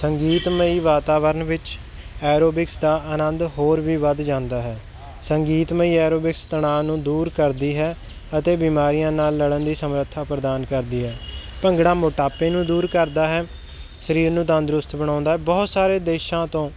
ਸੰਗੀਤਮਈ ਵਾਤਾਵਰਨ ਵਿੱਚ ਐਰੋਬਿਕਸ ਦਾ ਆਨੰਦ ਹੋਰ ਵੀ ਵੱਧ ਜਾਂਦਾ ਹੈ ਸੰਗੀਤਮਈ ਐਰੋਬਿਕਸ ਤਣਾਅ ਨੂੰ ਦੂਰ ਕਰਦੀ ਹੈ ਅਤੇ ਬਿਮਾਰੀਆਂ ਨਾਲ ਲੜਨ ਦੀ ਸਮਰੱਥਾ ਪ੍ਰਦਾਨ ਕਰਦੀ ਹੈ ਭੰਗੜਾ ਮੋਟਾਪੇ ਨੂੰ ਦੂਰ ਕਰਦਾ ਹੈ ਸਰੀਰ ਨੂੰ ਤੰਦਰੁਸਤ ਬਣਾਉਂਦਾ ਬਹੁਤ ਸਾਰੇ ਦੇਸ਼ਾਂ ਤੋਂ